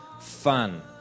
fun